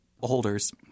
holders